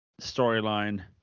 storyline